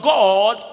God